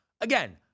Again